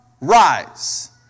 rise